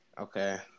Okay